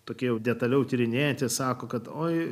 tokie jau detaliau tyrinėti sako kad oi